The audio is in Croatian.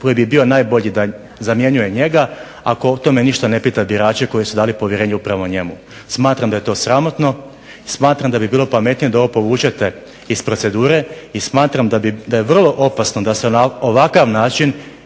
koji bi bio najbolji da zamjenjuje njega, ako o tome ništa ne pita birače koji su dali povjerenje upravo njemu. Smatram da je to sramotno i smatram da bi bilo pametnije da ovo povučete iz procedure i smatram da je vrlo opasno da se na ovakav način